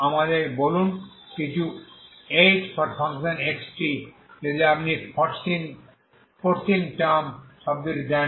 আমাদের বলুন কিছু hxt যদি আপনি ফর্সিং টার্ম শব্দটি দেন